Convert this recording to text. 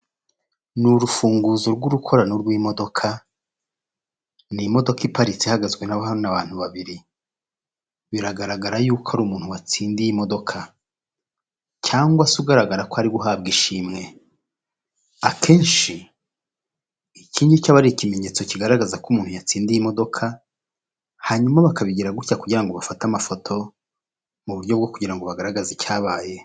Ni urufunguzo rw'urukorano rw'imodoka, ni imodoka iparitse ihagazweho n'abantu babiri, biragaragara yuko ari umuntu watsindiye imodoka cyangwa se ugaragara ko ari guhabwa ishimwe. Akenshi, iki ngiki aba ari ikimenyetso kigaragaza ko umuntu yatsindiye imodoka, hanyuma bakabigira gutya kugira ngo bafate amafoto mu buryo bwo kugira ngo bagaragaze icyabaye.